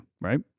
right